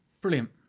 brilliant